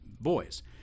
boys